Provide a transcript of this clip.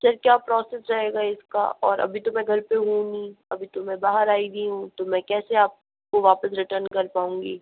sir क्या process रहेगा इसका और अभी तो मैं घर पे हूँ नहीं अभी तो मैं बाहर आई हुई हूँ तो मैं कैसे आपको वापस रिटर्न कर पाउंगी